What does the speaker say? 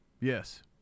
Yes